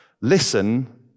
Listen